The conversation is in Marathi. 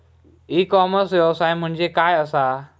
ई कॉमर्स व्यवसाय म्हणजे काय असा?